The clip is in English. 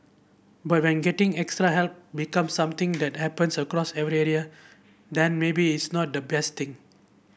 but when getting extra help becomes something that happens across every area then maybe it's not the best thing